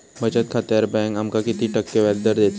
बचत खात्यार बँक आमका किती टक्के व्याजदर देतली?